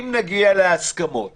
אם נגיע להסכמות